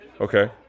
Okay